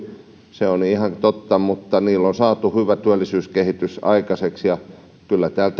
se on ihan totta mutta niillä on saatu hyvä työllisyyskehitys aikaiseksi ja kyllä kun täällä